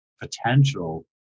potential